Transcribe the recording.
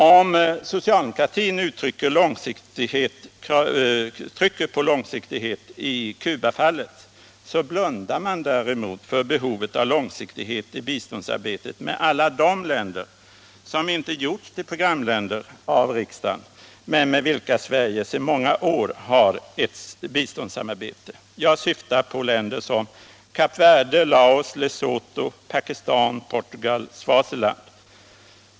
Om socialdemokraterna trycker på behovet av långsiktighet i Cubafallet blundar de däremot för behovet av långsiktighet i biståndsarbetet med alla de länder som inte gjorts till programländer av riksdagen men med vilka Sverige sedan många år har ett biståndssamarbete. Jag syftar på länder som Kap Verde, Laos, Lesotho, Pakistan, Portugal och Swaziland.